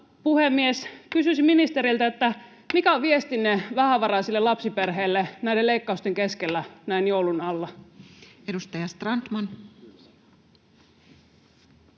koputtaa] Kysyisin ministeriltä: mikä on viestinne vähävaraisille lapsiperheille näiden leikkausten keskellä näin joulun alla? [Speech 60]